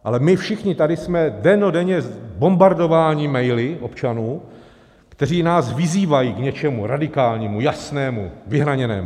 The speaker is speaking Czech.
Ale my všichni tady jsme dennodenně bombardováni maily občanů, kteří nás vyzývají k něčemu radikálnímu, jasnému, vyhraněnému.